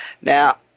Now